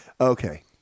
okay